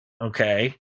okay